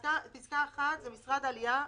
פסקה (1) זה משרד העלייה,